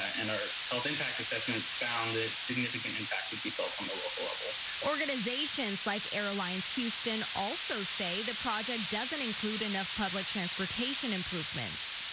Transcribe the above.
and our health impact assessment found that significant impacts would be felt on the local level. reporter organizations like airlines houston also say the project doesn't include enough public transportation improvements.